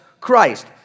Christ